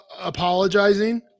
apologizing